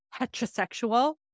heterosexual